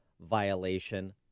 violation